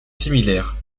similaire